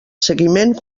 seguiment